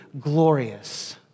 glorious